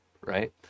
right